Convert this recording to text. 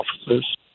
officers